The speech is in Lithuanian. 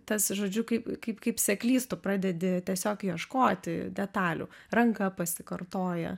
tas žodžiu kaip kaip kaip seklys tu pradedi tiesiog ieškoti detalių ranka pasikartoja